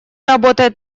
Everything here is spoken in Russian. работает